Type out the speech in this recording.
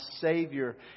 savior